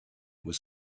was